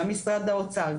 גם משרד האוצר,